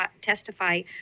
testify